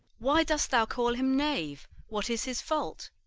why dost thou call him knave? what is his fault?